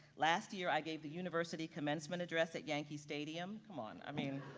last year i gave the university commencement address at yankee stadium, come on, i mean,